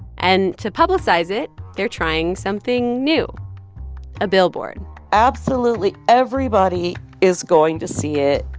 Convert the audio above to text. and to publicize it, they're trying something new a billboard absolutely everybody is going to see it.